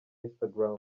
instagram